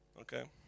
Okay